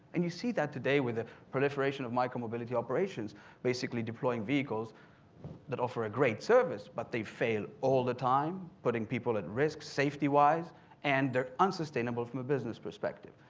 and you see that today with the proliferation of micro mobility operations basically deploying vehicles that offer a great service but they fail all the time putting people at risk safety wise and they're unsustainable from a business perspective.